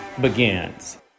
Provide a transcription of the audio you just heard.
begins